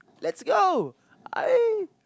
lets go I